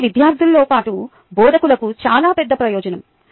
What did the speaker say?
అది విద్యార్థులతో పాటు బోధకులకు చాలా పెద్ద ప్రయోజనం